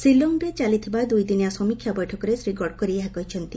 ceiling ଚାଲିଥିବା ଦୁଇଦିନିଆ ସମୀକ୍ଷା ବୈଠକରେ ଶ୍ରୀ ଗଡ଼କରୀ ଏହା କହିଛନ୍ତି